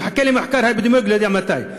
נחכה למחקר אפידמיולוגיה, לא יודע מתי.